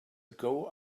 ago